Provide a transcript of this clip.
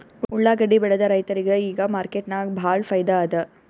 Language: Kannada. ಉಳ್ಳಾಗಡ್ಡಿ ಬೆಳದ ರೈತರಿಗ ಈಗ ಮಾರ್ಕೆಟ್ನಾಗ್ ಭಾಳ್ ಫೈದಾ ಅದಾ